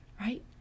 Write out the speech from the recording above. right